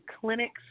clinics